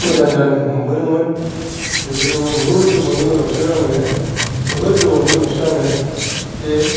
मोजां जानो हमबोदोंमोन बेबो नोङो बहुद गोबावनि उनावसो आङो जोबोद गोबावनि उनावसो आङो बे